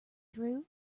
through